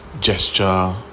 gesture